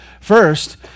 first